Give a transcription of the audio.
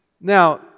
Now